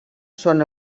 són